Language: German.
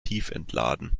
tiefentladen